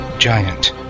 Giant